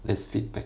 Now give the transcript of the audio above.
as feedback